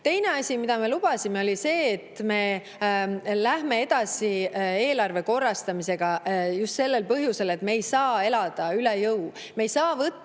Teine asi, mida me lubasime, oli see, et me läheme edasi eelarve korrastamisega, just sellel põhjusel, et me ei saa elada üle jõu.